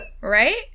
Right